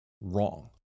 wrong